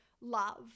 love